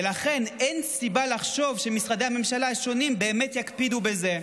ולכן אין סיבה לחשוב שמשרדי הממשלה השונים באמת יקפידו בזה.